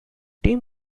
team